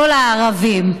כל הערבים.